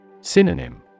Synonym